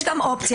יש גם אופציה,